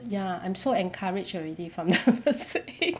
ya I'm so encouraged already from the first egg